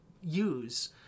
use